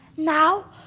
now?